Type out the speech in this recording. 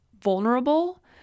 vulnerable